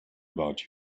about